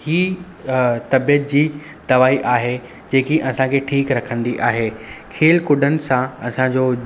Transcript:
ही तबीअत जी दवाई आहे जेकी असांखे ठीकु रखंदी आहे खेल कुॾनि सां असांजो